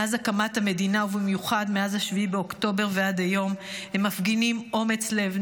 מאז הקמת המדינה ובמיוחד מאז 7 באוקטובר ועד היום הם מפגינים אומץ לב,